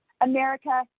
America